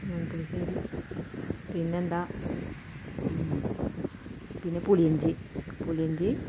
മാമ്പഴപ്പുളിശ്ശേരി പിന്നെയെന്താ പിന്നെ പുളിയിഞ്ചി പുളിയിഞ്ചി